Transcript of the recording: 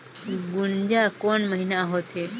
गुनजा कोन महीना होथे?